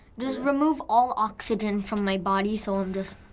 just remove all oxygen from my body so i'm just.